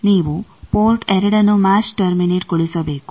ನೀವು ಪೋರ್ಟ್ 2 ನ್ನು ಮ್ಯಾಚ್ ಟರ್ಮಿನೇಟ್ಗೊಳಿಸಬೇಕು